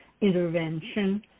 intervention